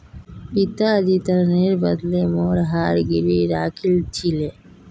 पिताजी ऋनेर बदले मोर हार गिरवी राखिल छिले